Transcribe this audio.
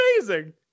amazing